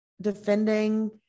defending